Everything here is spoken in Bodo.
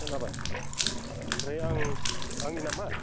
खोनाबाय ओमफ्राय आं आंनि नामा